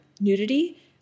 nudity